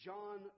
John